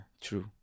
true